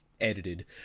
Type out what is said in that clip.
edited